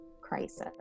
crisis